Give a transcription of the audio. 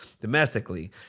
domestically